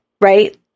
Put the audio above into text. right